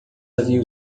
havia